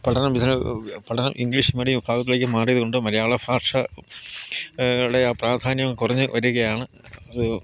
പഠനം പഠനം English medium വിഭാഗത്തിലേക്ക് മാറിയത് കൊണ്ട് മലയാള ഭാഷ യുടെ പ്രാധാന്യം കുറഞ്ഞു വരികയാണ് അത്